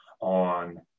on